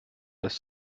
dass